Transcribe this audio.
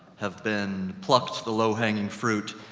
have been plucked, the low-hanging fruit,